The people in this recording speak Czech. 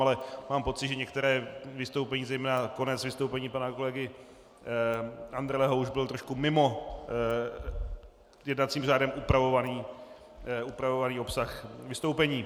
Ale mám pocit, že některá vystoupení zejména konec vystoupení pana kolegy Andrleho už byl trošku mimo jednacím řádem upravovaný obsah vystoupení.